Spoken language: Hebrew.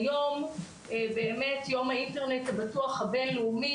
היום באמת יום האינטרנט הבטוח הבינלאומי,